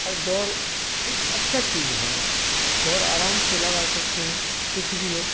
اور دوڑ ایک اچھا چیز ہے آپ تھوڑا آرام سے لگا سکتے ہیں کچھ بھی ہو